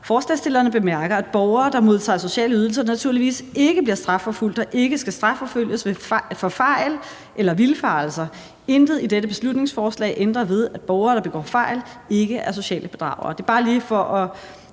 »Forslagsstillerne bemærker, at borgere, der modtager sociale ydelser, naturligvis ikke bliver strafforfulgt og ikke skal strafforfølges for fejl eller vildfarelser. Intet i dette beslutningsforslag ændrer ved, at borgere, der begår fejl, ikke er sociale bedragere.«